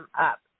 up